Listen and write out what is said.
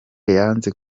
yanze